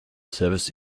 service